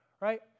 right